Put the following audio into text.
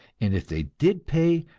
and if they did pay,